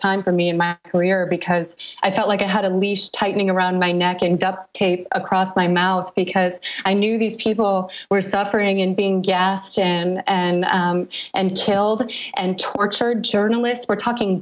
time for me in my career because i felt like i had a leash tightening around my neck and duct tape across my mouth because i knew these people were suffering and being gassed and and killed and tortured journalists we're talking